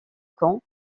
camp